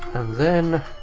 then